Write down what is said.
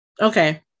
Okay